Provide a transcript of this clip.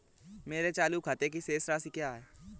मेरे चालू खाते की शेष राशि क्या है?